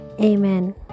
Amen